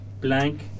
Blank